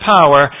power